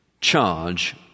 charge